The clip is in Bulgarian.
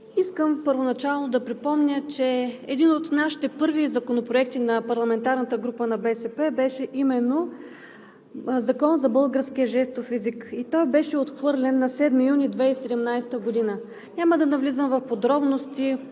Искам първоначално да припомня, че един от първите проекти на парламентарната група на БСП беше именно Законът за българския жестов език, който беше отхвърлен на 7 юни 2017 г. Няма да навлизам в подробности